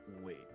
wait